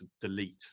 delete